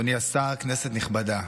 אדוני השר, כנסת נכבדה,